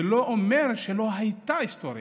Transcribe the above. זה לא אומר שלא הייתה היסטוריה.